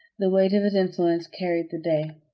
the weight of his influence carried the day.